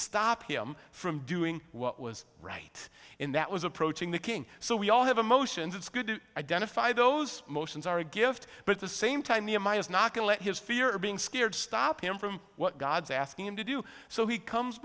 stop him from doing what was right in that was approaching the king so we all have emotions it's good to identify those emotions are a gift but at the same time nehemiah is not to let his fear of being scared stop him from what god's asking him to do so he comes